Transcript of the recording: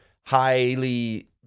highly